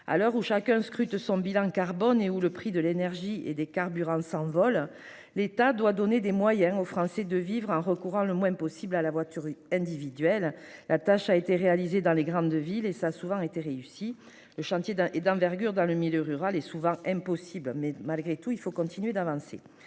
À l'heure où chacun scrute son bilan carbone, à l'heure où le prix de l'énergie et des carburants s'envole, l'État doit donner les moyens aux Français de vivre, en recourant le moins possible à la voiture individuelle. La tâche a été réalisée dans les grandes villes et souvent de manière réussie. Le chantier est d'envergure dans le milieu rural et souvent impossible. Malgré tout, il faut continuer d'avancer.